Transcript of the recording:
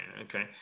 Okay